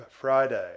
Friday